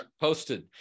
posted